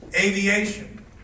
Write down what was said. aviation